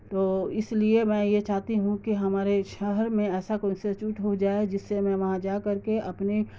تو اس لیے میں یہ چاہتی ہوں کہ ہمارے شہر میں ایسا کوئی انسٹیٹیوٹ ہو جائے جس سے میں وہاں جا کر کے اپنے